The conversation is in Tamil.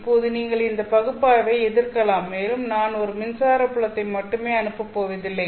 இப்போது நீங்கள் இந்த பகுப்பாய்வை எதிர்க்கலாம் மேலும் நான் ஒரு மின்சார புலத்தை மட்டுமே அனுப்பப் போவதில்லை